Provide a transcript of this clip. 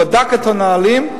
הוא בדק את הנהלים,